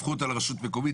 הפכו אותה לרשות מקומית.